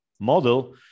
model